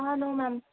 ah no ma'am